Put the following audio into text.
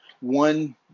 One